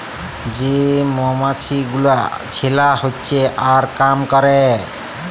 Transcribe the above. যে মমাছি গুলা ছেলা হচ্যে আর কাম ক্যরে